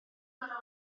feddwl